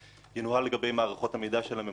ינוהל לגבי מערכות המידע של הממונה ושל